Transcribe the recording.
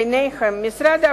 ביניהם משרד הבריאות,